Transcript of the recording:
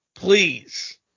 Please